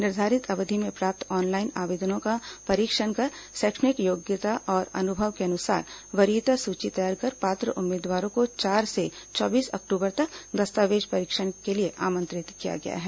निर्धारित अवधि में प्राप्त ऑनलाइन आवेदनों का परीक्षण कर शैक्षणिक योग्यता और अनुभव के अनुसार वरीयता सूची तैयार कर पात्र उम्मीदवारों को चार से चौबीस अक्टूबर तक दस्तावेज परीक्षण के लिए आमंत्रित किया गया है